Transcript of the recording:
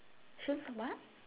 she's a what